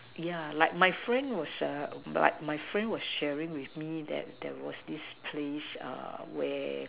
yeah like my friend was err like my friend was sharing with me that that there was this place err where